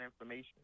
information